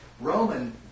Roman